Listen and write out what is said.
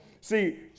See